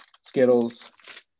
skittles